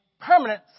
permanent